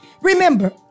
Remember